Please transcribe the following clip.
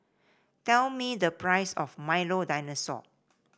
tell me the price of Milo Dinosaur